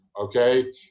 okay